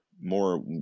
more